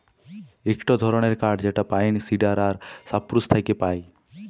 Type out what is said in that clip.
ইকটো ধরণের কাঠ যেটা পাইন, সিডার আর সপ্রুস থেক্যে পায়